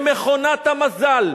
במכונת המזל,